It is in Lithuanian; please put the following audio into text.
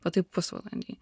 va taip pusvalandį